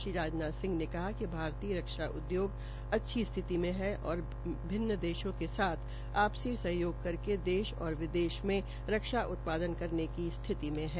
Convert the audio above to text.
श्री राजनाथ ने कहा कि भारतीय रक्षा उद्योग अच्छी स्थिति में है और मित्र देशों के साथ आपसी सहयोग करके देश और विदेश में रक्षा उत्पादन करने की स्थिति में ह